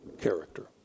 character